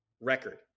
record